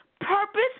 purpose